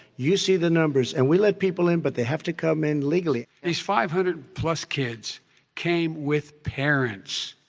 you see the numbers. and we let people in, but they have to come in legally. these five hundred plus kids came with parents.